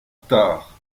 retard